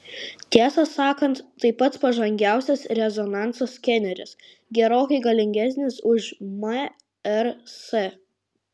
tiesą sakant tai pats pažangiausias rezonanso skeneris gerokai galingesnis už mrs